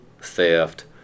theft